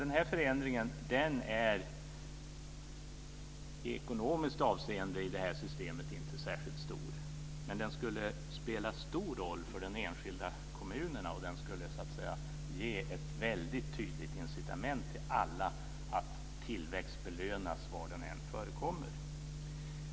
Denna förändring är ekonomiskt i det här systemet inte särskilt stor, men den skulle spela stor roll för de enskilda kommunerna och ge ett väldigt tydligt incitament till alla att tillväxt belönas var den än förekommer.